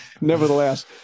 nevertheless